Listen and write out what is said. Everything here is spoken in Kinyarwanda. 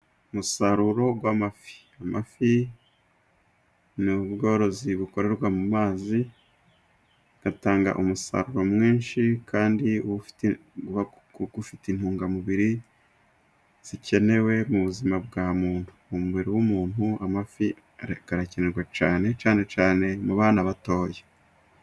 Umusaruro w'amafi, amafi ni ubworozi bukorerwa mu mazi, ugatanga umusaruro mwinshi kandi uba ufite intungamubiri zikenewe mu buzima bwa muntu. Umubiri w'umuntu amafi arakenerwacyane, cyane cyane mu bana batoya.